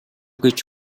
гэж